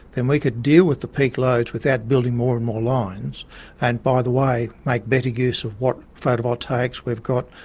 then we could deal with the peak loads without building more and more lines and, by the way, make better use of what photovoltaics we've got,